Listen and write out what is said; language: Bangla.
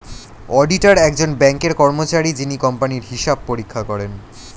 অডিটার একজন ব্যাঙ্কের কর্মচারী যিনি কোম্পানির হিসাব পরীক্ষা করেন